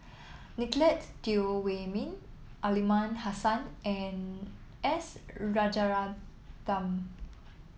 Nicolette Teo Wei Min Aliman Hassan and S Rajaratnam